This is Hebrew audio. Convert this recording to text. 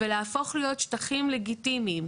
ולהפוך להיות שטחים לגיטימיים,